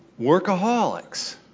workaholics